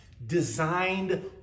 designed